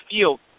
field